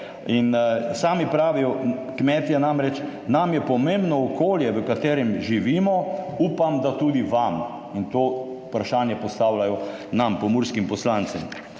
in sami pravijo, kmetje namreč, da jim je pomembno okolje, v katerem živijo. Upam, da tudi vam. To vprašanje postavljajo nam, pomurskim poslancem,